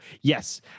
yes